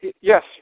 yes